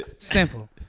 Simple